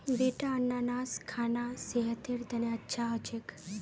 बेटा अनन्नास खाना सेहतेर तने अच्छा हो छेक